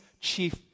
chief